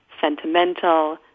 sentimental